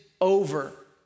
over